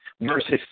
versus